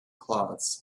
cloths